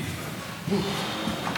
אדוני השר קרא,